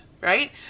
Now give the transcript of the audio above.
Right